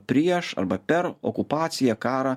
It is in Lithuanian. prieš arba per okupaciją karą